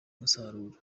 umusaruro